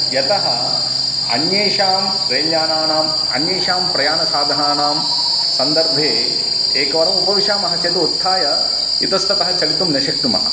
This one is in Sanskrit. यतः अन्येषां रेल्यानानाम् अन्येषां प्रयाणसाधनानां सन्दर्भे एकवारमुपविशामः चेत् उत्थाय इतस्ततः चलितुं न शक्नुमः